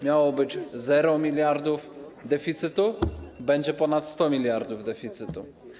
Miało być 0 mld deficytu, a będzie ponad 100 mld deficytu.